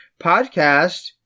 podcast